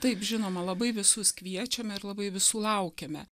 taip žinoma labai visus kviečiame ir labai visų laukiame